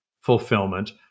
fulfillment